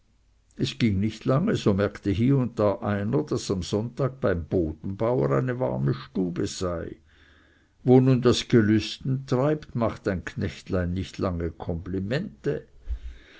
es ging nicht lange so merkte hie und da einer daß am sonntag beim bodenbauer eine warme stube sei wo nun das gelüsten treibt macht ein knechtlein nicht lange komplimente